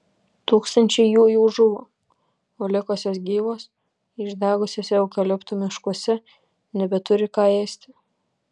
tūkstančiai jų jau žuvo o likusios gyvos išdegusiuose eukaliptų miškuose nebeturi ką ėsti